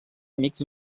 amics